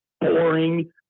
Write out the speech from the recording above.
boring